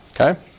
Okay